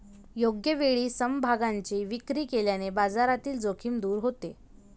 योग्य वेळी समभागांची विक्री केल्याने बाजारातील जोखीम दूर होते